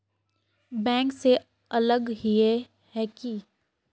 Bank से अलग हिये है की?